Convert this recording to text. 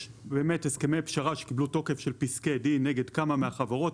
יש באמת הסכמי פשרה שקיבלו תוקף של פסקי דין נגד כמה מהחברות,